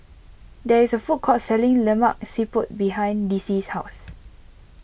there is a food court selling Lemak Siput behind Dicie's house